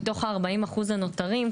מתוך ה-40% הנותרים,